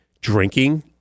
Drinking